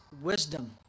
wisdom